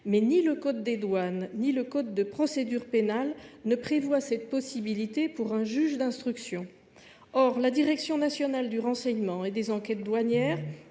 Mais ni le code des douanes ni le code de procédure pénale ne prévoient cette possibilité pour un juge d’instruction. Or la direction nationale du renseignement et des enquêtes douanières